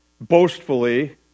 boastfully